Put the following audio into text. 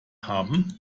haben